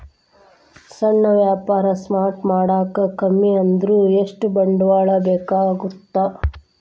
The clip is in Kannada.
ಸಣ್ಣ ವ್ಯಾಪಾರ ಸ್ಟಾರ್ಟ್ ಮಾಡಾಕ ಕಮ್ಮಿ ಅಂದ್ರು ಎಷ್ಟ ಬಂಡವಾಳ ಬೇಕಾಗತ್ತಾ